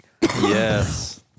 Yes